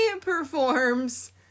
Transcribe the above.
performs